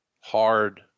hard